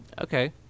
Okay